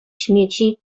śmieci